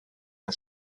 der